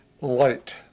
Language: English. light